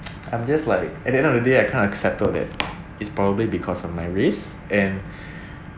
I'm just like at the end of the day I kind of accepted it it's probably because of my race and